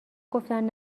گفتن